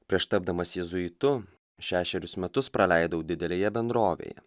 prieš tapdamas jėzuitu šešerius metus praleidau didelėje bendrovėje